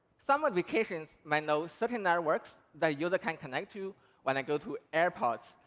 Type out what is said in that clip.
some applications may know certain networks that user can connect to when they go to airports,